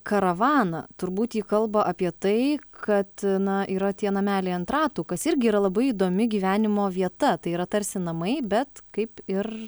karavaną turbūt ji kalba apie tai kad na yra tie nameliai ant ratų kas irgi yra labai įdomi gyvenimo vieta tai yra tarsi namai bet kaip ir